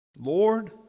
Lord